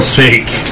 sake